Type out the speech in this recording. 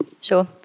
Sure